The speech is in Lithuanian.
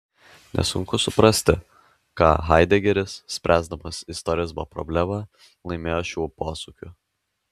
nesunku suprasti ką haidegeris spręsdamas istorizmo problemą laimėjo šiuo posūkiu